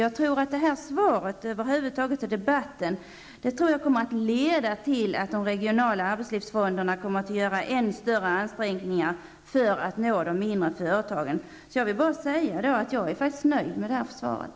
Arbetsmarknadsministerns svar och debatten över huvud taget tror jag kommer att leda till att de regionala arbetslivsfonderna gör än större ansträngningar för att nå de mindre företagen. Så jag vill bara säga att jag är nöjd med svaret.